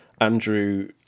Andrew